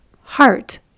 heart